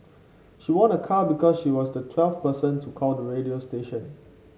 she won a car because she was the twelfth person to call the radio station